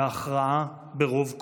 בהכרעה ברוב קולות.